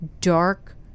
dark